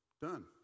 Done